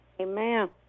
Amen